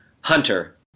Hunter